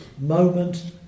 moment